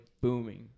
booming